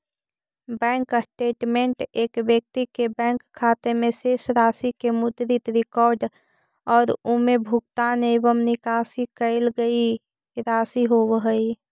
bank statement एक व्यक्ति के बैंक खाते में शेष राशि के मुद्रित रिकॉर्ड और उमें भुगतान एवं निकाशी कईल गई राशि होव हइ